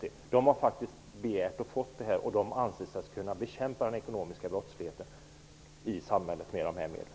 Man har faktiskt begärt de här resurserna och också fått dem, och man anser sig kunna bekämpa den ekonomiska brottsligheten i samhället med de här medlen.